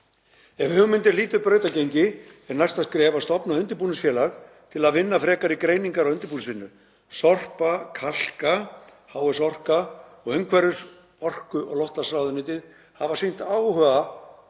Ef hugmyndin hlýtur brautargengi er næsta skref að stofna undirbúningsfélag til að vinna frekari greiningar- og undirbúningsvinnu. Sorpa, Kalka, HS Orka og umhverfis-, orku- og loftslagsráðuneytið hafa sýnt áhuga